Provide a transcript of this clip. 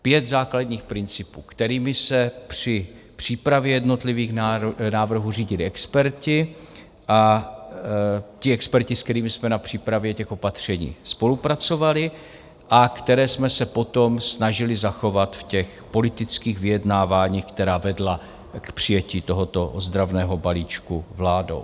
Pět základních principů, kterými se při přípravě jednotlivých návrhů řídili experti, a ti experti, s kterými jsme na přípravě těch opatření spolupracovali a které jsme se potom snažili zachovat v těch politických vyjednávání, která vedla k přijetí tohoto ozdravného balíčku vládou.